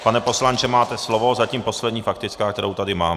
Pane poslanče, máte slovo, zatím poslední faktická, kterou tady mám.